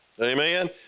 Amen